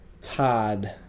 Todd